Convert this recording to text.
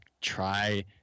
try